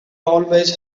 always